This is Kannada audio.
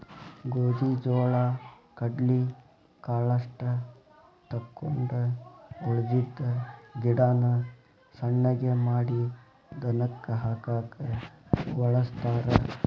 ಗೋದಿ ಜೋಳಾ ಕಡ್ಲಿ ಕಾಳಷ್ಟ ತಕ್ಕೊಂಡ ಉಳದಿದ್ದ ಗಿಡಾನ ಸಣ್ಣಗೆ ಮಾಡಿ ದನಕ್ಕ ಹಾಕಾಕ ವಳಸ್ತಾರ